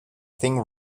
think